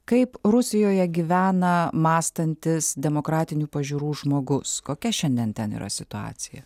kaip rusijoje gyvena mąstantis demokratinių pažiūrų žmogus kokia šiandien ten yra situacija